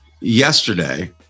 yesterday